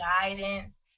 guidance